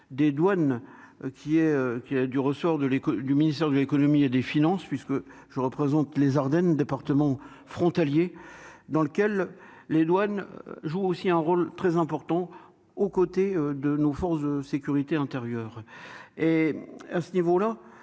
est du ressort de l'école du ministère de l'Économie et des Finances, puisque je représente les Ardennes, département frontalier dans lequel les douanes joue aussi un rôle très important aux côtés de nos forces de sécurité intérieure et à ce niveau-là,